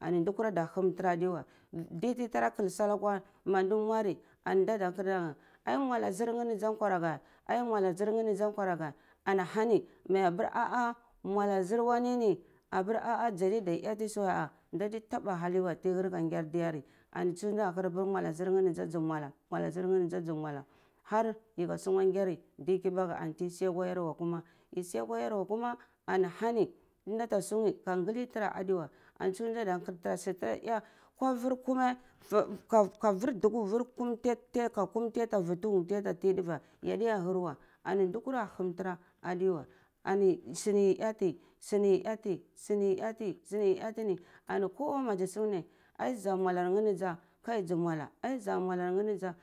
An ndi kora da hmm tara adiweh di tiyi tara kyal sal akwa ma madi mwari ani nda da nkar tara ai mwala zir neni za ai mwala zir ne ni za mwalarage anahani mai apiri ah ah mwala zir waneni apir ah ah zadiya da eti su weh ah ah nda tiya saga hanai weh har tiye nyar diyar ni tada kar apiri mwalar zir ne ni za zi mwala mwala zir ne ni za zi mwala har yi ka sungwu ngari kibaku za anti yi sungu akwa yarwa kuma anti yi si akwa yarwa za kuma ana hani ndata sungwi ka ngali tira adiweh ansudata kar su ka eh ko vur kune ka vur duku vur kum ka ka tiyata vu tuhum ka teh duve yadiya ta hur weh ani nda kura hum tura adey weh suni yi eti suni yi eti suri yi etini an kowa mazi sungwi ni ai za mwalarne ni za kai zi mwala kai za mwalarne ni za